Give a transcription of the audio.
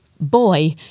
boy